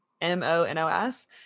M-O-N-O-S